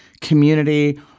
community